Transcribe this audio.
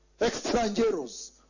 Extranjeros